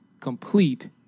Complete